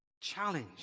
challenge